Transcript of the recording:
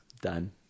Done